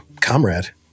comrade